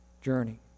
journey